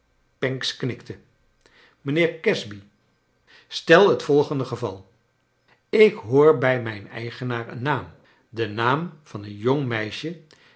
pancks knikte mijnheer casby stel het volgende geval ik hoor bij mijn eigenaar een naam den naam van een jong meisje